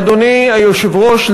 אדוני היושב-ראש,